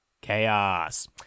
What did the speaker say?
Chaos